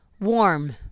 warm